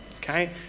Okay